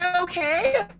okay